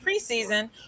preseason